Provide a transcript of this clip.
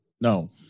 No